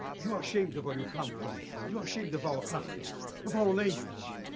you are ashamed of where you come from. you are ashamed of our customs, of our language.